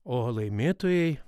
o laimėtojai